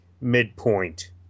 midpoint